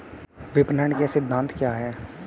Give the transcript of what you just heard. विपणन के सिद्धांत क्या हैं?